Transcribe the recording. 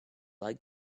like